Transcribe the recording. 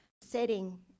setting